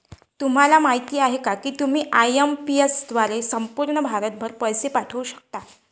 तुम्हाला माहिती आहे का की तुम्ही आय.एम.पी.एस द्वारे संपूर्ण भारतभर पैसे पाठवू शकता